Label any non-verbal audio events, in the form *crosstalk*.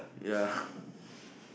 yeah *breath*